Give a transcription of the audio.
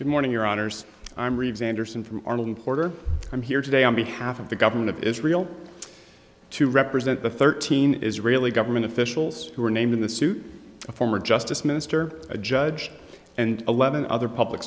good morning your honour's i'm reaves anderson from arnold and porter i'm here today on behalf of the government of israel to represent the thirteen israeli government officials who were named in the suit a former justice minister a judge and eleven other public